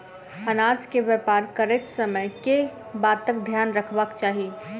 अनाज केँ व्यापार करैत समय केँ बातक ध्यान रखबाक चाहि?